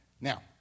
Now